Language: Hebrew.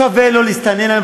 שווה לו להסתנן היום.